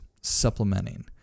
supplementing